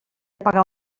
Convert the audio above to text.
pagar